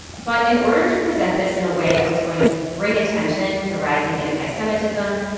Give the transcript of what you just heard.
but in order to present this in a way that was going to bring attention to rising anti-semitism,